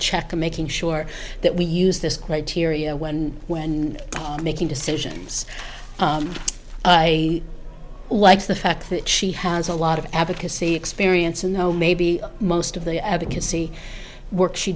check to making sure that we use this criteria when when making decisions i like the fact that she has a lot of advocacy experience and though maybe most of the advocacy work she